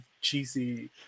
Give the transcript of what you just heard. cheesy